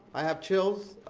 i have chills.